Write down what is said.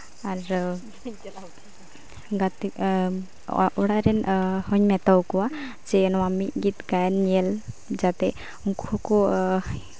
ᱟᱨ ᱜᱟᱛᱮᱜ ᱚᱲᱟᱜ ᱨᱮᱱ ᱦᱚᱧ ᱢᱮᱛᱟᱣ ᱠᱚᱣᱟ ᱡᱮ ᱱᱚᱣᱟ ᱢᱤᱫ ᱠᱤᱛᱟᱹ ᱜᱟᱭᱟᱱ ᱧᱮᱞ ᱡᱟᱛᱮ ᱩᱱᱠᱩ ᱠᱚ